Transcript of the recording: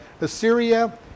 Assyria